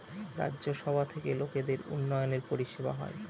রাজ্য সভা থেকে লোকদের উন্নয়নের পরিষেবা হয়